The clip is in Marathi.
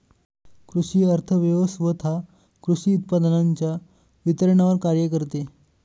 कृषी अर्थव्यवस्वथा कृषी उत्पादनांच्या वितरणावर कार्य करते